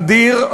אדיר,